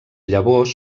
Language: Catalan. llavors